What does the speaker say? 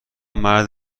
مرد